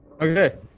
okay